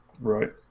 Right